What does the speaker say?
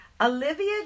Olivia